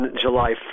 July